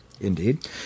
Indeed